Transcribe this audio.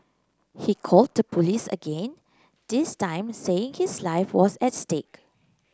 he called the police again this time saying his life was at stake